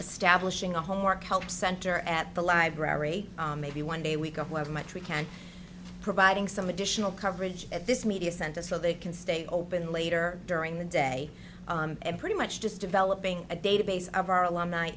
establishing a homework help center at the library maybe one day a week where much we can providing some additional coverage at this media center so they can stay open later during the day and pretty much just developing a database of our alumni